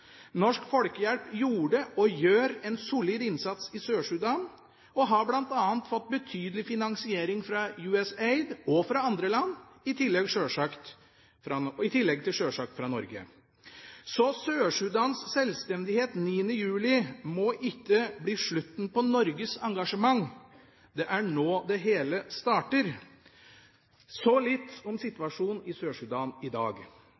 Norsk Folkehjelp gjorde og gjør en solid innsats i Sør-Sudan og har bl.a. fått betydelig finansiering fra USAID og fra andre land, i tillegg sjølsagt fra Norge. Sør-Sudans sjølstendighet 9. juli må ikke bli slutten på Norges engasjement. Det er nå det hele starter. Så litt om situasjonen i Sør-Sudan i dag.